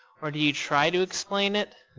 or do you try to explain it?